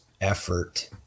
effort